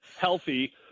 healthy